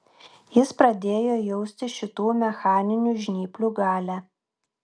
jis pradėjo jausti šitų mechaninių žnyplių galią